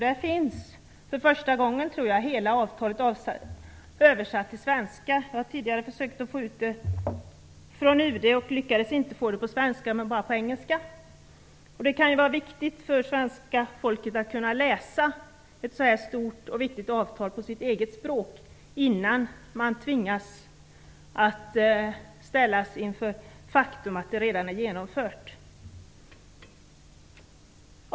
Där finns, för första gången tror jag, hela avtalet översatt till svenska. Jag har tidigare försökt att få det från UD och lyckades inte få det på svenska utan bara på engelska. Det kan vara viktigt för svenska folket att kunna läsa ett så stort och viktigt avtal på sitt eget språk innan man tvingas att ställas inför faktum att det redan är genomfört.